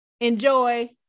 Enjoy